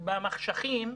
במחשכים,